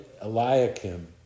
Eliakim